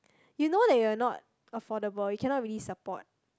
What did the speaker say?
you know that you are not affordable you cannot really support